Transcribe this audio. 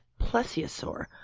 Plesiosaur